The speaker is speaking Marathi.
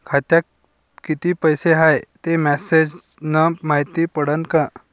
खात्यात किती पैसा हाय ते मेसेज न मायती पडन का?